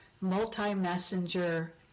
multi-messenger